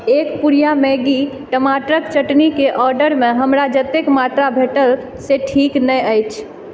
एक पुड़िआ मैग्गी टमाटरके चटनीके ऑडरमे हमरा जतेक मात्रा भेटल से ठीक नहि छै